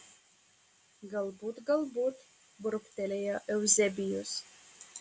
galbūt galbūt burbtelėjo euzebijus